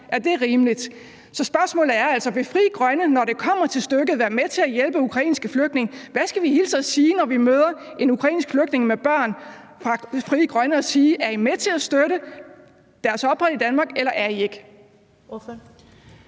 Er det rimeligt? Så spørgsmålet er altså: Vil Frie Grønne, når det kommer til stykket, være med til at hjælpe ukrainske flygtninge? Hvad skal vi hilse og sige fra Frie Grønne, når vi møder en ukrainsk flygtning med børn? Er I med til at støtte deres ophold i Danmark, eller er I det